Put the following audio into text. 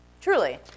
truly